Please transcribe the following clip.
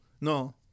No